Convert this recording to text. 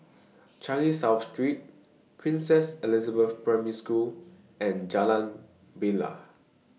Changi South Street Princess Elizabeth Primary School and Jalan Bilal